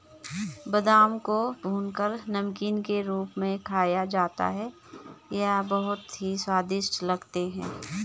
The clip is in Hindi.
बादाम को भूनकर नमकीन के रूप में खाया जाता है ये बहुत ही स्वादिष्ट लगते हैं